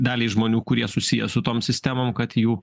daliai žmonių kurie susiję su tom sistemom kad jų